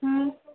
ହୁଁ